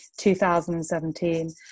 2017